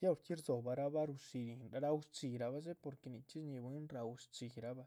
ya horchxí rdzóbah rahba rushirihn, raú shchxíra bah, dxé porque dzichxí shñí bwín raú shchxí rahbah